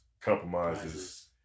compromises